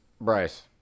Bryce